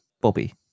Bobby